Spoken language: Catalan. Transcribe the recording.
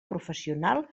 professional